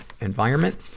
environment